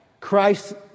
Christ